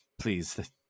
please